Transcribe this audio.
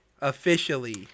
officially